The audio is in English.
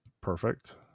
Perfect